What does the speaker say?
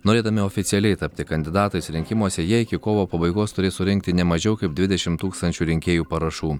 norėdami oficialiai tapti kandidatais rinkimuose jie iki kovo pabaigos turi surinkti ne mažiau kaip dvidešimt tūkstančių rinkėjų parašų